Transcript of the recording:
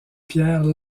pierres